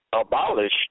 abolished